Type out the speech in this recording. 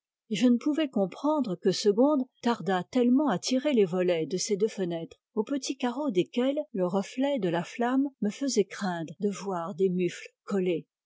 et je ne pouvais comprendre que segonde tardât tellement à tirer les volets de ses deux fenêtres aux petits carreaux desquelles le reflet de la flamme me faisait craindre de voir des mufles collés